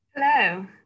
Hello